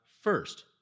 first